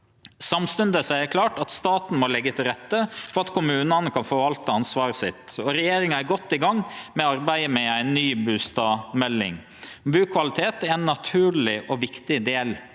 Samstundes er det klart at staten må leggje til rette for at kommunane kan forvalte ansvaret sitt, og regjeringa er godt i gang med arbeidet med ei ny bustadmelding. Bukvalitet er ein naturleg og viktig del